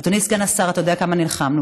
אדוני סגן השר, אתה יודע כמה נלחמנו.